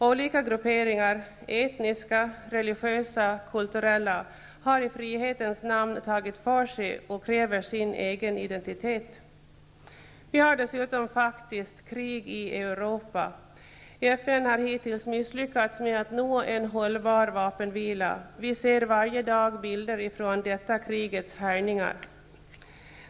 Olika grupperingar, etniska, religiösa, kulturella, har i frihetens namn tagit för sig och kräver sin egen identitet. Vi har dessutom faktiskt krig i Europa. FN har hittills misslyckats med att åstadkomma en hållbar vapenvila. Vi ser varje dag bilder från krigets härjningar.